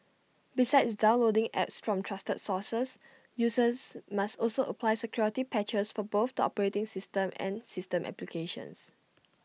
besides downloading apps from trusted sources users must also apply security patches for both the operating system and system applications